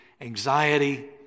anxiety